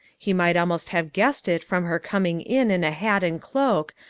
he might almost have guessed it from her coming in in a hat and cloak,